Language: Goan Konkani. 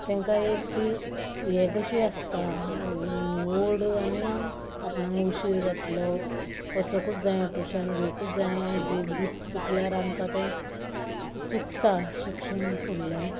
तेंकां एक ती हें कशी आसता वड आनी आपणाक उशीर जातलो वचोकूंच जाये ट्युशन घेवकूंच जाये आयज एक दीस चुकल्यार आमकां तें चुकतां शिक्षण फुडलें